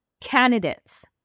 candidates